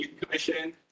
commission